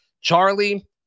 Charlie